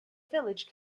village